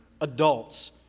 adults